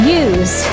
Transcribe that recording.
use